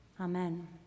Amen